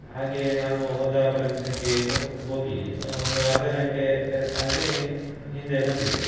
ಹಾಗೆ ನಾನು ಹೋದ ಪ್ರದೇಶಕ್ಕೆ ಕೊ ಹೋಗಿ ಒಂದು ಅರ್ಧ ಗಂಟೆ ಹಾಗೆ ಹಿಂದೆ ಬಂದಿದ್ದೆ